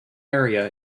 area